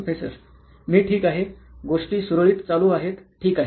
professor मी ठीक आहे गोष्टी सुरळीत चालू आहेत ठीक आहे